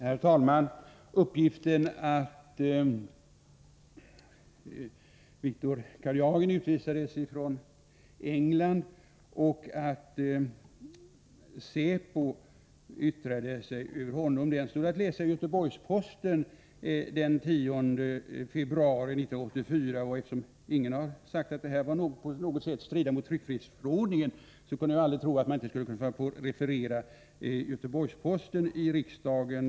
Herr talman! Uppgiften att Viktor Karjagin utvisades från England och att säpo yttrade sig om honom stod att läsa i Göteborgs-Posten den 10 februari 1984. Eftersom ingen har sagt att det på något sätt skulle strida mot tryckfrihetsförordningen kunde jag aldrig tro att man inte skulle kunna få referera Göteborgs-Posten i riksdagen.